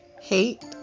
hate